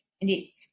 Indeed